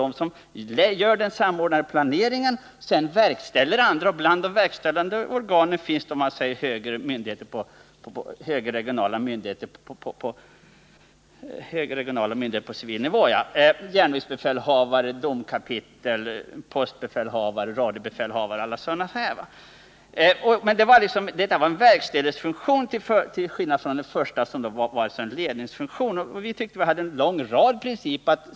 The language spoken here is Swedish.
De står för den samordnande planeringen. För verkställighetsfunktionen svarar andra organ. Bland dessa finns högre regionala myndigheter på civil nivå, exempelvis järnvägsbefälhavare, domkapitel, postbefälhavare och radiobefälhavare. Men här är det fråga om verkställighetsfunktionen till skillnad från ledningsfunktionen. Vi såg även fler principer.